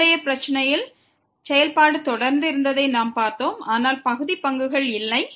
முந்தைய பிரச்சனையில் செயல்பாடு தொடர்ந்து இருந்ததை நாம் பார்த்தோம் ஆனால் பகுதி பங்குகள் இல்லை